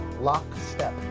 lockstep